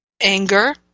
anger